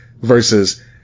versus